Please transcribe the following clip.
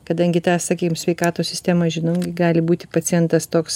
kadangi tą sakykime sveikatos sistemą žino gali būti pacientas toks